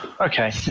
Okay